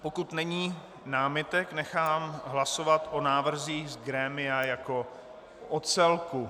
Pokud není námitek, nechám hlasovat o návrzích z grémia jako o celku.